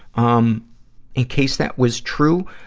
um in case that was true,